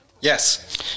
Yes